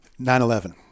9-11